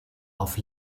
auf